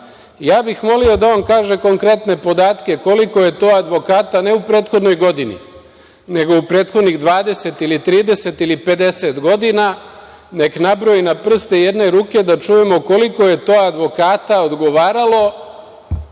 bih voleo da on kaže konkretne podatke koliko je to advokata ne u prethodnoj godini, nego u prethodnih 20 ili 30 ili 50 godina, neka nabroji na prste jedne ruke, da čujemo koliko je to advokata odgovaralo